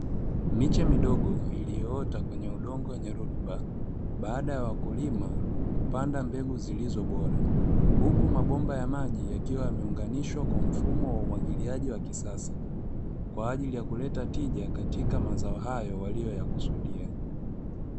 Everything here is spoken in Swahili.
Miche midogo iliyoota kwenye udongo wenye rutuba, baada ya wakulima kupanda mbegu zilizo bora. Huku mabomba ya maji yakiwa yameunganishwa kwa mfumo wa umwagiliaji wa kisasa, kwa ajili ya kuleta tija katika mazao hayo waliyoyakusudia.